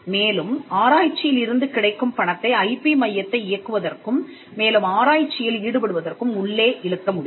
மேலும் ஆராய்ச்சியில் இருந்து கிடைக்கும் பணத்தை ஐ பி மையத்தை இயக்குவதற்கும் மேலும் ஆராய்ச்சியில் ஈடுபடுவதற்கும் உள்ளே இழுக்க முடியும்